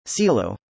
CELO